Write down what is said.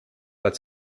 als